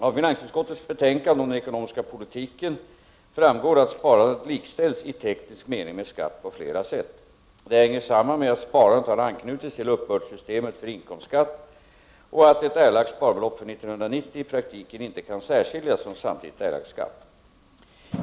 Av finansutskottets betänkande om den ekonomiska politiken framgår att sparandet likställs i teknisk mening med skatt på flera sätt. Detta hänger samman med att sparandet har anknutits till uppbördssystemet för inkomstskatt och att ett erlagt sparbelopp för 1990 i praktiken inte kan särskiljas från samtidigt erlagd skatt.